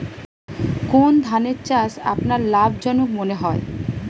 কোন ধানের চাষ আপনার লাভজনক মনে হয়?